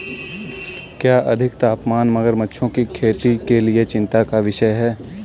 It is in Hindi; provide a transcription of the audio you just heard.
क्या अधिक तापमान मगरमच्छों की खेती के लिए चिंता का विषय है?